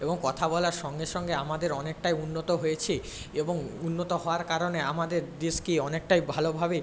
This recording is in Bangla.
এবং কথা বলার সঙ্গে সঙ্গে আমাদের অনেকটাই উন্নতি হয়েছে এবং উন্নতি হওয়ার কারণে আমাদের দেশকে অনেকটাই ভালোভাবে